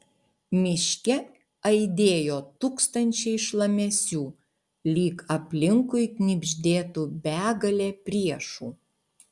miške aidėjo tūkstančiai šlamesių lyg aplinkui knibždėtų begalė priešų